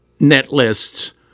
NetList's